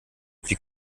wie